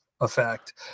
effect